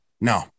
no